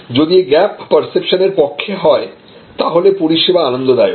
যদি এই গ্যাপ পার্সেপশনর পক্ষে হয় তাহলে পরিষেবা আনন্দদায়ক